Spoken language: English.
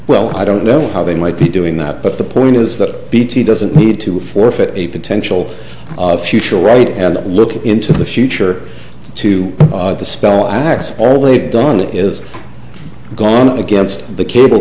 well i don't know how they might be doing that but the point is that bt doesn't need to forfeit a potential future right and look into the future to spell x all they've done is gone against the cable